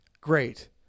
Great